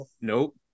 Nope